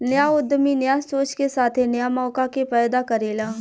न्या उद्यमी न्या सोच के साथे न्या मौका के पैदा करेला